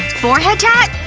forehead tat?